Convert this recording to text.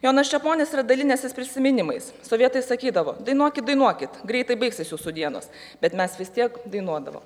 jonas čeponis yra dalinęsis prisiminimais sovietai sakydavo dainuokit dainuokit greitai baigsis jūsų dienos bet mes vis tiek dainuodavo